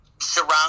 surround